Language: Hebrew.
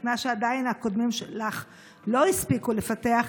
את מה שהקודמים שלך עדיין לא הספיקו לפתח,